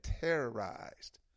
terrorized